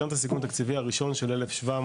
גם את הסיכום התקציבי הראשון של 1.700,